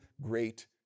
great